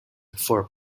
for